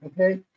Okay